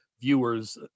viewers